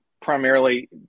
primarily